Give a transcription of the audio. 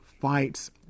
fights